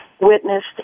witnessed